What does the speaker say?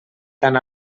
tan